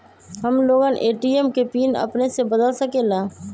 हम लोगन ए.टी.एम के पिन अपने से बदल सकेला?